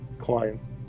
clients